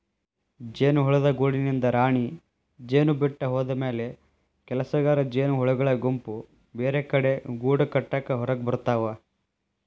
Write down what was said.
ಜೇನುಹುಳದ ಗೂಡಿನಿಂದ ರಾಣಿಜೇನು ಬಿಟ್ಟ ಹೋದಮ್ಯಾಲೆ ಕೆಲಸಗಾರ ಜೇನಹುಳಗಳ ಗುಂಪು ಬೇರೆಕಡೆ ಗೂಡಕಟ್ಟಾಕ ಹೊರಗಬರ್ತಾವ